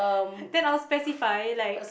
then I'll specify like